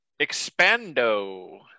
Expando